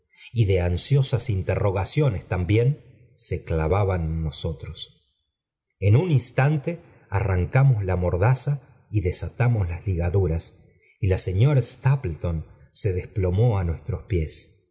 y de ansiosas interrogaciones también se clavaban en nosotros en un instante arrancamos la mordaza y desatamos las ligaduras y la beño ni stapleton se desplomó á nuestros pies